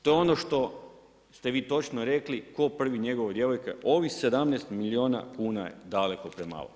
To je ono što ste vi točno rekli tko prvi njegova djevojka, ovih 17 milijuna kuna je daleko premalo.